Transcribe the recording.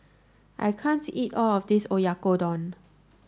I can't eat all of this Oyakodon